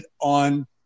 on